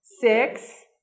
six